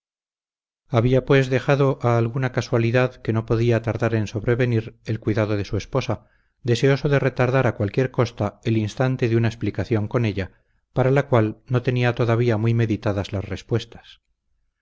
había pues dejado a alguna casualidad que no podía tardar en sobrevenir el cuidado de su esposa deseoso de retardar a cualquier costa el instante de una explicación con ella para la cual no tenía todavía muy meditadas las respuestas